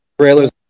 Trailers